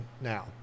now